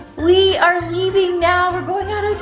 we are leaving now, we're going out of